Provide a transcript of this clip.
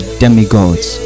demigods